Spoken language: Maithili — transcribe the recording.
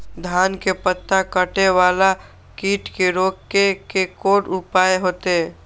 धान के पत्ता कटे वाला कीट के रोक के कोन उपाय होते?